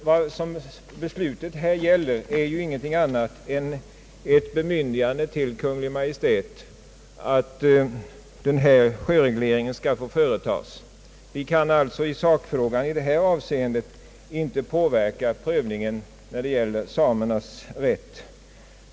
Vad beslutet här gäller är ju ingenting annat än ett bemyndigande till Kungl. Maj:t att denna sjöreglering skall få företas. Vi kan alltså i sakfrågan i detta avseende inte påverka prövningen då det gäller samernas rätt.